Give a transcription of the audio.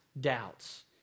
doubts